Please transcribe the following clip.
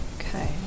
Okay